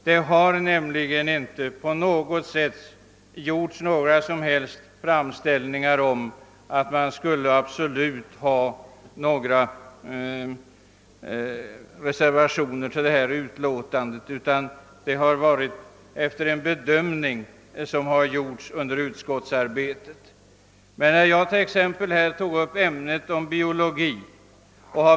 Det har inte gjorts några som helst framställningar om att vi från centern skulle avge reservationer till det här utlåtandet, utan ställningstagandena har gjorts efter bedömningar under utskottsarbetet.